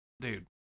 dude